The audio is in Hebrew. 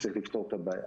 שצריך לפתור את הבעיה.